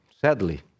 sadly